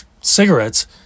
cigarettes